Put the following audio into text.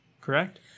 correct